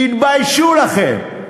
תתביישו לכם.